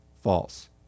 False